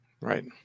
Right